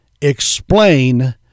explain